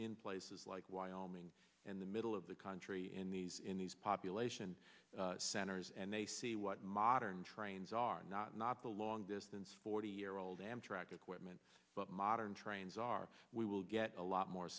in places like wyoming in the middle of the country in these population centers and they see what modern trains are not not the long distance forty year old amtrak equipment but modern trains are we will get a lot more